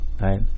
right